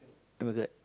what's that